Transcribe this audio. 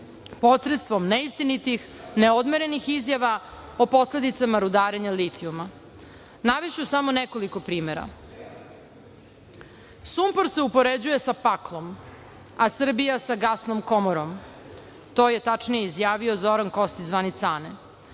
posredstvom neistinitih, neodmerenih izjava, o posledicama rudarenja litijuma. Navešću samo nekoliko primera. Sumpor se upoređuje sa paklom, a Srbija sa gasnom komorom. To je, tačnije, izjavio Zoran Kostić zvani Cane.